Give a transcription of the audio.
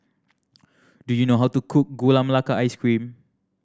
do you know how to cook Gula Melaka Ice Cream